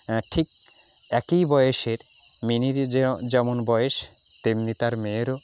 হ্যাঁ ঠিক একই বয়সের মিনির যেমন বয়স তেমনি তার মেয়েরও